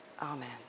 Amen